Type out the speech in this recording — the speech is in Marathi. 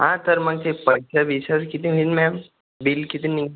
हां तर म्हणजे पैशा बिशाचं किती होईल मॅम बिल किती निंग्